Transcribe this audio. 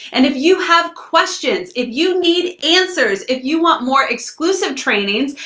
and if you have questions, if you need answers, if you want more exclusive trainings,